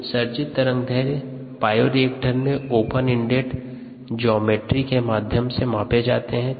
उत्सर्जित तरंगदैर्य्ध बायोरिएक्टर में ओपन एंडेड ज्योमेट्री के माध्यम से मापा जाते हैं